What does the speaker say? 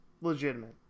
legitimate